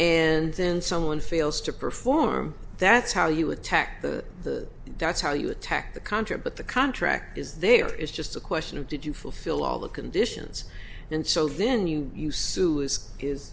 and then someone fails to perform that's how you attack the the that's how you attack the contract but the contract is there is just a question of did you fulfill all the conditions and so then you you sue is is